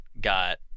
got